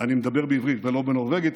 אני מדבר בעברית ולא בנורבגית,